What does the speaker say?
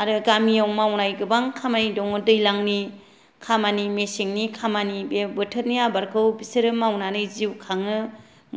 आरो गामियाव मावनाय गोबां खामानि दङ दैलांनि खामानि मेसेंनि खामानि बे बोथोरनि आबादखौ बिसोरो मावनानै जिउ खाङो